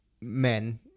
men